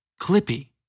Clippy